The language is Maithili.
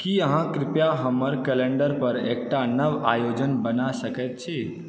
की अहाँ कृपया हमर कैलेण्डर पर एकटा नव आयोजन बना सकैत छी